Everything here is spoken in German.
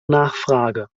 nachfrage